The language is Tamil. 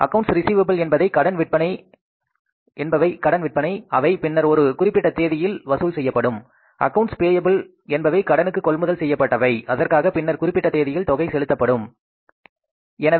அக்கவுண்ட்ஸ் ரிஸீவபிள் என்பதை கடன் விற்பனை அவை பின்னர் ஒரு குறிப்பிட்ட தேதியில் வசூல் செய்யப்படும் அக்கவுண்ட்ஸ் பேய்பில் என்பவை கடனுக்கு கொள்முதல் செய்யப்பட்டவை அதற்காக பின்னர் குறிப்பிட்ட தேதியில் தொகை செலுத்தப்படும் சரியா